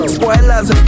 Spoilers